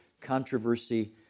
controversy